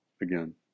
again